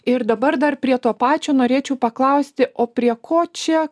ir dabar dar prie to pačio norėčiau paklausti o prie ko čia